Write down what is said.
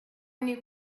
new